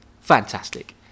Fantastic